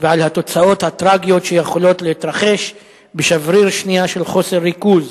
ועל התוצאות הטרגיות שיכולות להתרחש בשבריר שנייה של חוסר ריכוז,